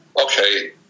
okay